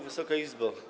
Wysoka Izbo!